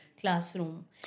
classroom